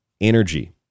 Energy